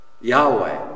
Yahweh